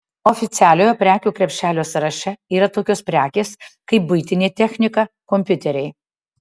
oficialiojo prekių krepšelio sąraše yra tokios prekės kaip buitinė technika kompiuteriai